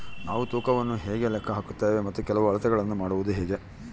ನಾವು ತೂಕವನ್ನು ಹೇಗೆ ಲೆಕ್ಕ ಹಾಕುತ್ತೇವೆ ಮತ್ತು ಕೆಲವು ಅಳತೆಗಳನ್ನು ಮಾಡುವುದು ಹೇಗೆ?